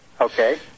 Okay